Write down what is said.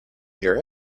hear